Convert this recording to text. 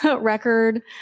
record